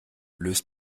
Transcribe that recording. löst